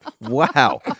Wow